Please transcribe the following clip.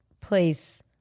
place